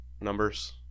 numbers